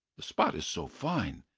the spot is so fine,